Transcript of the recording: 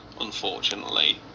unfortunately